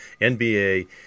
nba